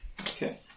Okay